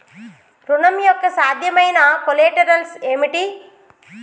ఋణం యొక్క సాధ్యమైన కొలేటరల్స్ ఏమిటి?